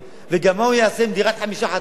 וגם מה הוא יעשה עם דירת חמישה חדרים?